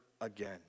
again